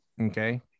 Okay